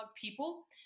people